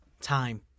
time